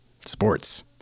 Sports